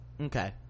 okay